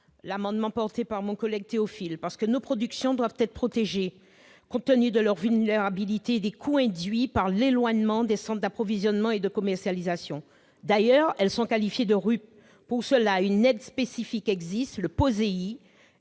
l'amendement présenté par mon collègue Théophile. Nos productions doivent être protégées, compte tenu de leur vulnérabilité et des coûts induits par l'éloignement des centres d'approvisionnement et de commercialisation. Elles sont d'ailleurs qualifiées de « RUP ». Pour ce faire, une aide spécifique existe, le POSEI,